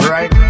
Right